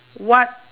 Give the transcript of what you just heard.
what